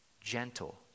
gentle